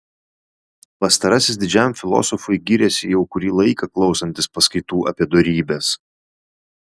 pastarasis didžiam filosofui gyrėsi jau kurį laiką klausantis paskaitų apie dorybes